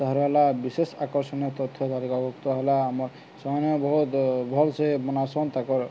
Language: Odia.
ତାହାର ହେଲା ବିଶେଷ ଆକର୍ଷଣୀୟ ତଥ୍ୟ ତାରିଖଭୁକ୍ତ ହେଲା ଆମ ସେମାନେ ବହୁତ ଭଲ୍ସେ ବନାସନ୍ ତାଙ୍କର